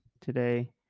today